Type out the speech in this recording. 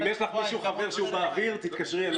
אם יש לך חבר באוויר, תתקשרי אליו.